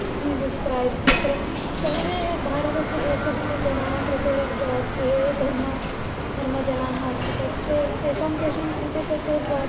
Jesus Christ तत्र सर्वे भारतस्य देशस्य जनानां कृते ये ये धर्म धर्मजनाः अस्ति तत् ते तेषां तेषां कृते तत् ब